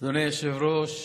אדוני היושב-ראש,